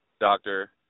doctor